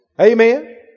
Amen